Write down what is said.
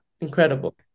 incredible